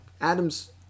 Adam's